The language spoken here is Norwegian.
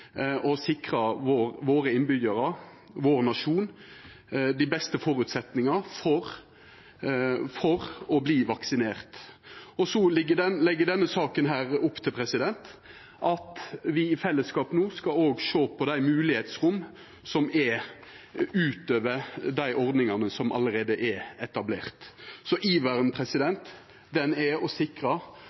sikra innbyggjarane våre og nasjonen vår dei beste føresetnader for å verta vaksinerte. Så legg denne saka opp til at me i fellesskap no òg skal sjå på dei moglegheitsromma som er, utover dei ordningane som allereie er etablerte. Iveren ligg i å sikra